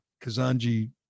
Kazanji